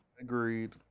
Agreed